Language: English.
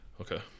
Okay